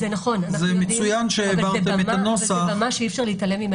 זה מצוין שהעברתם את הנוסח.